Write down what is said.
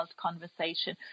conversation